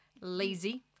Lazy